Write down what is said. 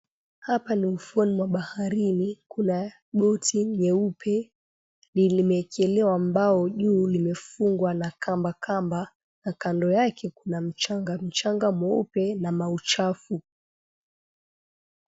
Hapa ni ufuoni mwa baharini. Kuna boti nyeupe limewekelea mbao juu limefungwa na kambakamba na kando yake kuna mchanga mchanga mweupe na mauchafu.